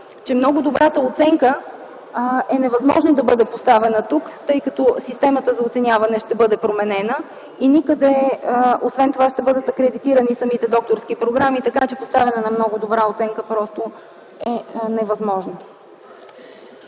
че много добрата оценка е невъзможно да бъде поставена тук, тъй като системата за оценяване ще бъде променена. Освен това ще бъдат акредитирани самите докторски програми, така че поставяне на много добра оценка просто е невъзможно.